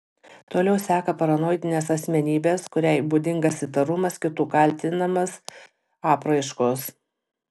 toliau seka paranoidinės asmenybės kuriai būdingas įtarumas kitų kaltinamas apraiškos